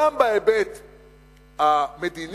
גם בהיבט המדיני,